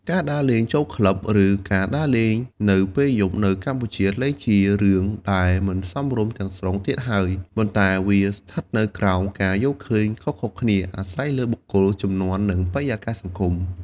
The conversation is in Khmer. ការដើរលេងចូលក្លឹប ឬការដើរលេងនៅពេលយប់នៅកម្ពុជាលែងជារឿងដែលមិនសមរម្យទាំងស្រុងទៀតហើយ ប៉ុន្តែវាស្ថិតនៅក្រោម ការយល់ឃើញខុសៗគ្នា អាស្រ័យលើបុគ្គល ជំនាន់ និងបរិយាកាសសង្គម ។